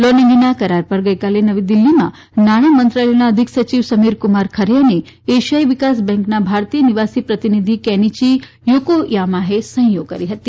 loan અંગેના કરાર પર ગઇકાલે નવી દિલ્હીમાં નાણાં મંત્રાલયના અધિક સચિવ સમીર કુમાર ખરે અને એશિયાઇ વિકાસ બેંકના ભારતીય નિવાસી પ્રતિનિધિ કેનીચી થોકોયામાએ સહીઓ કરી હતી